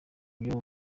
byo